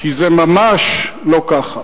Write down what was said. כי זה ממש לא ככה.